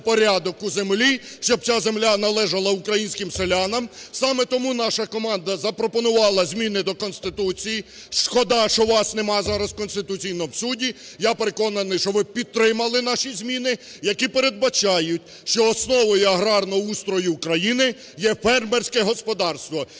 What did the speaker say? підтримали би наші зміни, які передбачають, що основою аграрного устрою України є фермерське господарство.